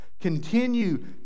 continue